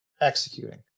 executing